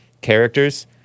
characters